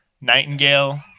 Nightingale